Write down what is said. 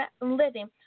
living